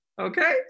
okay